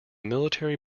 military